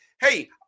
Hey